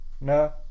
No